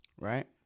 Right